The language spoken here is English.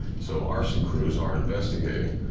so arson crews are investigating.